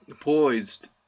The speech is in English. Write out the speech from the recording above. poised